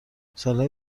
سالهای